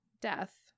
death